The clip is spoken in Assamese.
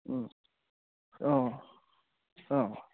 অঁ অঁ